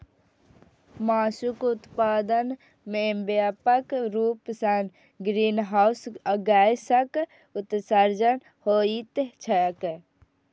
मासुक उत्पादन मे व्यापक रूप सं ग्रीनहाउस गैसक उत्सर्जन होइत छैक